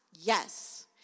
Yes